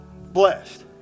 blessed